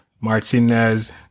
Martinez